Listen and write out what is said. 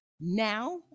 Now